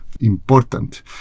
important